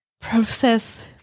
process